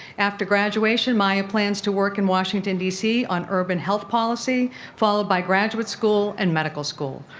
after graduation, maya plans to work in washington d c. on urban health policy followed by graduate school and medical school.